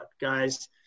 guys